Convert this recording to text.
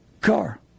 car